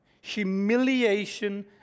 humiliation